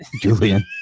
julian